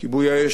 כיבוי האש,